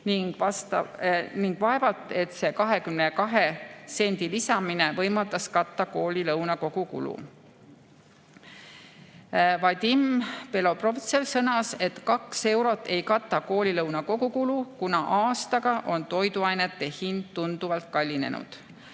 ning vaevalt et see 22 sendi lisamine võimaldas katta koolilõuna kogukulu. Vadim Belobrovtsev sõnas, et 2 eurot ei kata koolilõuna kogukulu, kuna aastaga on toiduainete hind tunduvalt kallinenud.